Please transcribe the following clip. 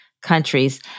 countries